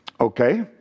Okay